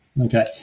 Okay